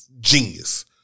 genius